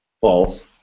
False